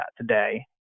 today